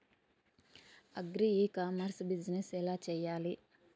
Agri e commerce business ఎలా చెయ్యాలి?